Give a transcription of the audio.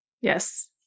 Yes